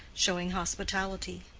showing hospitality.